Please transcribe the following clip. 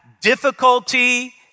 difficulty